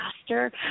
master